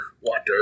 Water